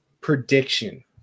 prediction